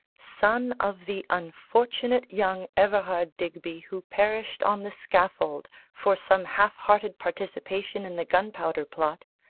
son of the unfortunate young everard digby who perished on the scaffold for some half-hearted participation in the gunpowder plot,